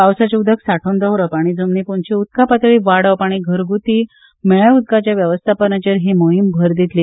पावसाचे उदक सांठोवन दवरप जमनी पोंदची उदका पातळी वाडोवप आनी घरगुती म्हेळ्या उदकाच्या वेवस्थापनाचेर ही मोहीम भर दितली